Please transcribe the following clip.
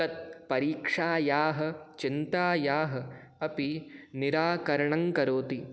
तत् परीक्षायाः चिन्तायाः अपि निराकरणङ्करोति